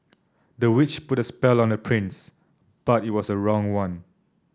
the witch put a spell on the prince but it was the wrong one